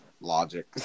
Logic